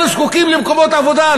אלה זקוקים למקומות עבודה,